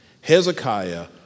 Hezekiah